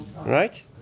Right